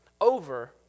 over